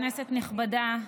כנסת נכבדה,